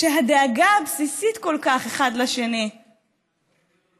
כשהדאגה הבסיסית כל כך אחד לשני משתעבדת